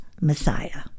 Messiah